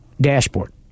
dashboard